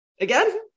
again